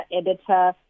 editor